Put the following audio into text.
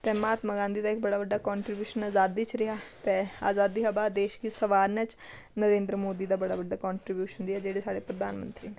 ते महात्मा गांधी दा इक बड़ा बड्डा कंट्रीवूशन अजादी च रेहा ते अजादी दे बाद देश गी संभारने च नरेंद्र मोदी दा बड़ा बड्डा कंट्रीवूशन रेहा जेह्ड़े साढ़े प्रधान मंत्री न